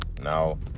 Now